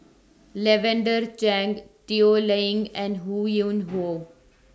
Lavender Chang Toh Liying and Ho Yuen Hoe